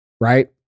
Right